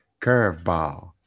Curveball